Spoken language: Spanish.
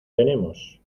tenemos